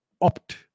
opt